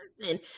person